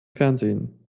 fernsehen